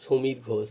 Samik Ghosh